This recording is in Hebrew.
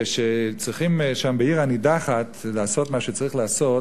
כשצריכים שם בעיר הנידחת לעשות מה שצריך לעשות,